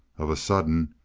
of a sudden,